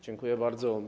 Dziękuję bardzo.